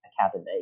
academy